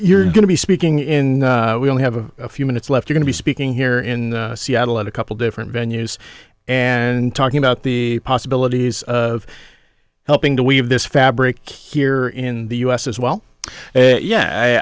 you're going to be speaking in we only have a few minutes left going to be speaking here in seattle at a couple different venues and talking about the possibilities of helping to weave this fabric here in the u s as well yeah i